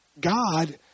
God